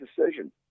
decision